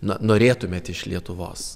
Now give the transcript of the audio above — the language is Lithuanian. na norėtumėt iš lietuvos